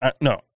no